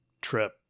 trip